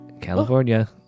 California